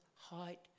height